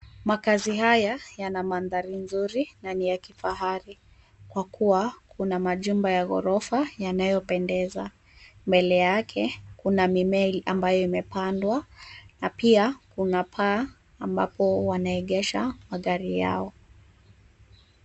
Makazi haya yana maadhari mazuri na niya kifahari kwa kua kuna majumba ya gorofa yanayo pendeza . Mbele yake kuna mimea ambayo imepandwa na pia kuna paa ambapo wanaengesha magari yao.